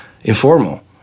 informal